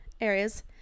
areas